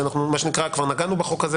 כי כבר נגענו בחוק הזה,